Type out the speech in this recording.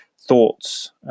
thoughts